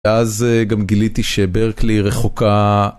ואז גם גיליתי שברקלי רחוקה.